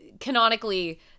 canonically